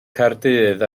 caerdydd